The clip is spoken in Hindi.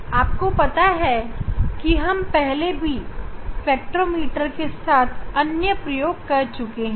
यह सब तो आप जानते हैं क्योंकि हम पहले भी स्पेक्ट्रोमीटर के साथ अन्य प्रयोग कर चुके हैं